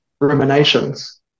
ruminations